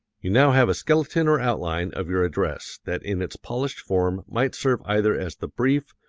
you now have a skeleton or outline of your address that in its polished form might serve either as the brief,